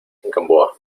gamboa